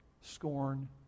scorn